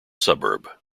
suburb